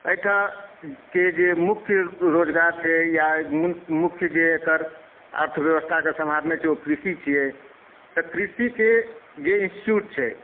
एहिठामके जे मुख्य रोजगार छै या मुख्य जे एकर अर्थव्यवस्थाके सम्हारने छै ओ कृषि छिए तऽ कृषिके जे इन्स्टीट्यूट छै